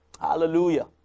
Hallelujah